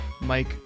Mike